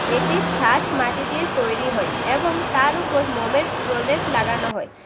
এটি ছাঁচ মাটি দিয়ে তৈরি হয় এবং তার উপর মোমের প্রলেপ লাগানো হয়